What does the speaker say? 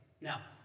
Now